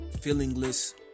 feelingless